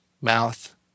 mouth